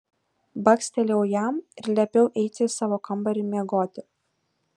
bakstelėjau jam ir liepiau eiti į savo kambarį miegoti